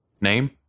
name